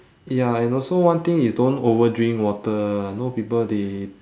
ya and also one thing is don't overdrink water you know people they